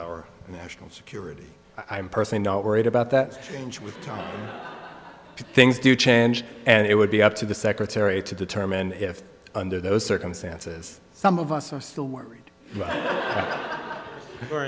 our national security i'm personally not worried about that change with time things do change and it would be up to the secretary to determine if under those circumstances some of us are still worried